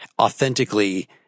authentically